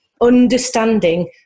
understanding